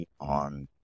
on